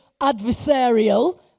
adversarial